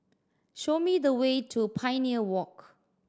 show me the way to Pioneer Walk